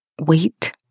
Wait